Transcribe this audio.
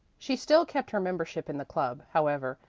she still kept her membership in the club, however,